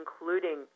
including